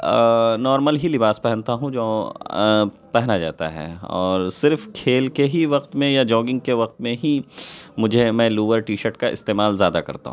normal ہی لباس پہنتا ہوں جو پہنا جاتا ہے اور صرف کھیل کے ہی وقت میں یا جوگنگ کے وقت میں ہی مجھے میں لور ٹی شرٹ کا استعمال زیادہ کرتا ہوں